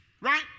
Right